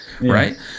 right